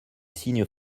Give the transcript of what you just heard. signes